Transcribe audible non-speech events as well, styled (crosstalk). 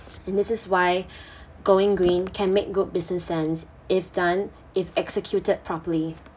and this is why (breath) going green can make good business sense if done if executed properly